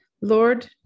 Lord